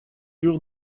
eurent